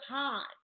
time